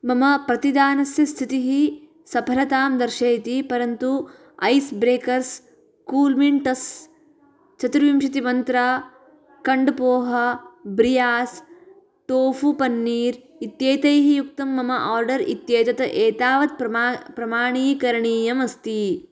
मम प्रतिदानस्य स्थितिः सफलतां दर्शयति परन्तु ऐस् ब्रेकर्स् कूल् मिण्ट्स् चतुर्विंशति मन्त्राकण्ड् पोहा ब्रियास् टोफु पन्नीर् इत्येतैः युक्तं मम आर्डर् इत्येतत् एतावत् प्रमा प्रमाणीकरणीयम् अस्ति